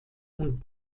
und